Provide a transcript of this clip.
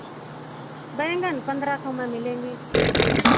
बैंगन पन्द्रह सौ में मिलेंगे